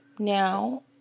Now